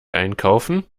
einkaufen